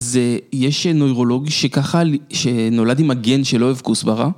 ‫אז יש נוירולוג שנולד עם הגן ‫שלא אוהב כוסברה.